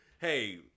hey